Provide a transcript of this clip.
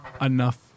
Enough